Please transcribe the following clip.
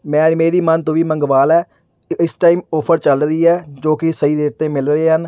ਮੈਂ ਮੇਰੀ ਮੰਨ ਤੂੰ ਵੀ ਮੰਗਵਾ ਲੈ ਅਤੇ ਇਸ ਟਾਈਮ ਔਫਰ ਚੱਲ ਰਹੀ ਹੈ ਜੋ ਕਿ ਸਹੀ ਰੇਟ 'ਤੇ ਮਿਲ ਰਹੇ ਹਨ